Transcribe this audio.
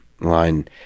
line